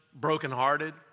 brokenhearted